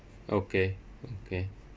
okay okay